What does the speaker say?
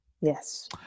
Yes